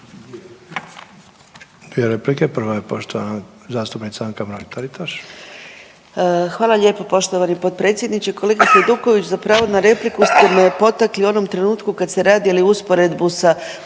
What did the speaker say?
Dvije replike, prva je poštovana zastupnica Anka Mrak-Taritaš. **Mrak-Taritaš, Anka (GLAS)** Hvala lijepo poštovani potpredsjedniče, kolega Hajduković. Zapravo na repliku ste me potakli u onom trenutku kad ste radili usporedbu sa